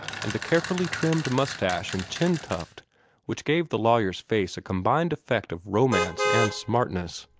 and the carefully trimmed mustache and chin-tuft which gave the lawyer's face a combined effect of romance and smartness.